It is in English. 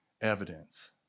evidence